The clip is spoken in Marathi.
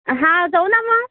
हा जाऊ ना मग